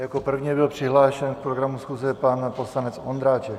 Jako první byl přihlášen k programu schůze pan poslanec Ondráček.